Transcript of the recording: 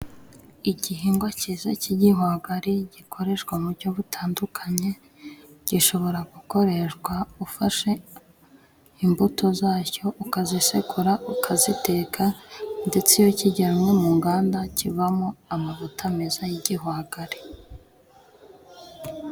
Igihingwa cyiza cy'igihwagari gikoreshwa mu bujyo butandukanye, gishobora gukoreshwa ufashe imbuto zacyo ukazisekura ukaziteka, ndetse iyo kijyanywe mu nganda kivamo amavuta meza y'igihwagari.